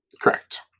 Correct